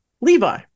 levi